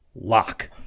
lock